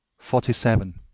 forty seven.